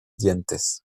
dientes